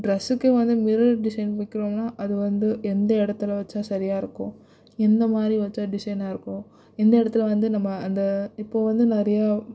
ட்ரெஸ்க்குகே வந்து mirror design வைக்கிறோம்னால் அது வந்து எந்த இடத்துல வச்சால் சரியாக இருக்கும் எந்தமாதிரி வச்சால் டிசைனாக இருக்கும் எந்த இடத்துல வந்து நம்ம அந்த இப்போது வந்து நிறையா